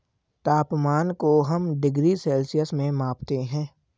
तापमान को हम डिग्री सेल्सियस में मापते है